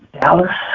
Dallas